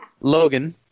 Logan